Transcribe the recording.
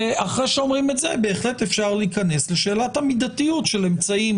ואחרי שאומרים את זה בהחלט אפשר להיכנס לשאלת המידתיות של אמצעים,